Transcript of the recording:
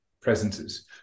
presences